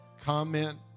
Comment